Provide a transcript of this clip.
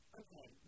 okay